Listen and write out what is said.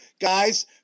guys –